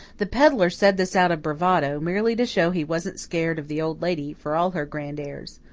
the pedlar said this out of bravado, merely to show he wasn't scared of the old lady, for all her grand airs.